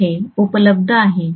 येथे उपलब्ध आहे